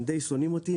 הם די שונאים אותי,